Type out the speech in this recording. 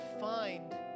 find